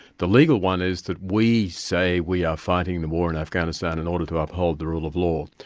the legal one is that we say we are fighting the war in afghanistan in order to uphold the rule of law.